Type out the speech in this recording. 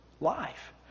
life